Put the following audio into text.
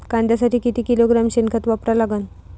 कांद्यासाठी किती किलोग्रॅम शेनखत वापरा लागन?